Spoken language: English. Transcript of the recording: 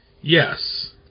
Yes